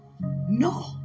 No